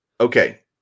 Okay